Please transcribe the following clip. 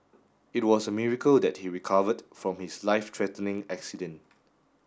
it was a miracle that he recovered from his life threatening accident